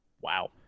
Wow